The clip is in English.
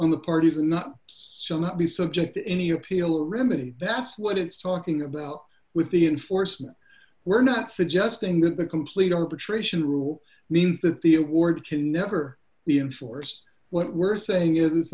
the parties and not sell not be subject to any appeal or remedy that's what it's talking about with the enforcement we're not suggesting that the complete arbitration rule means that the award can never be enforced what we're saying is